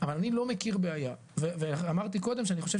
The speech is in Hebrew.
אבל אני לא מכיר בעיה ואמרתי קודם שאני חושב